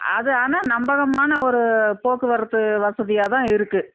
அது ஆனால் நம்பகமான ஒரு போக்குவரத்து வசதியாக தான் இருக்குது